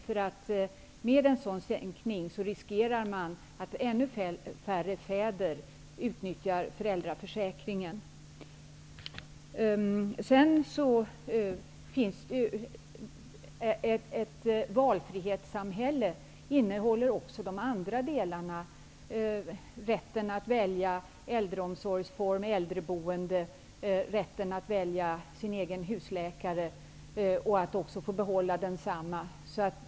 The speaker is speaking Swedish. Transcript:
Med en sänkning av ersättningsnivån riskerar man nämligen att ännu färre fäder utnyttjar föräldraförsäkringen. Ett valfrihetssamhälle innehåller också andra delar, nämligen rätten att välja äldreomsorgsform, äldreboende, egen husläkare och att behålla densamme.